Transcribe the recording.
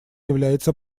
является